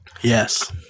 Yes